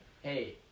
hey